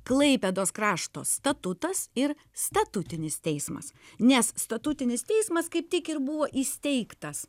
klaipėdos krašto statutas ir statutinis teismas nes statutinis teismas kaip tik ir buvo įsteigtas